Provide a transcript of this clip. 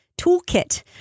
toolkit